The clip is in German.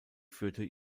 führte